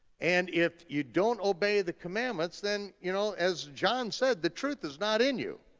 and if you don't obey the commandments, then you know, as john said, the truth is not in you.